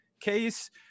case